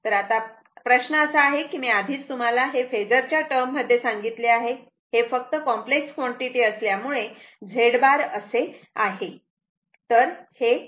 तर आता प्रश्न असा आहे की मी आधीच तुम्हाला हे फेजर च्या टर्म मध्ये सांगितले आहे हे फक्त कॉम्पलेक्स क्वांटिटी असल्यामुळे Z बार असे आहे